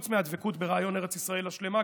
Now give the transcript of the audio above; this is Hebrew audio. חוץ מהדבקות ברעיון ארץ ישראל השלמה,